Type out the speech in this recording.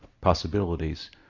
possibilities